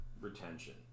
retention